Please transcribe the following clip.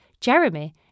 Jeremy